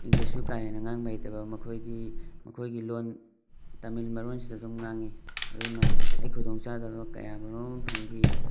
ꯏꯪꯂꯤꯁꯁꯨ ꯀꯥꯍꯦꯟꯅ ꯉꯥꯡꯕ ꯍꯩꯇꯕ ꯃꯈꯣꯏꯒꯤ ꯃꯈꯣꯏꯒꯤ ꯂꯣꯟ ꯇꯥꯃꯤꯜ ꯃꯔꯣꯟ ꯁꯤꯗꯁꯨꯝ ꯉꯥꯡꯉꯤ ꯑꯗꯨꯅ ꯑꯩ ꯈꯨꯗꯣꯡ ꯆꯥꯗꯕ ꯀꯌꯥ ꯃꯔꯨꯝ ꯑꯃ ꯐꯪꯈꯤ